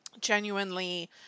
genuinely